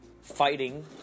fighting